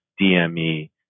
DME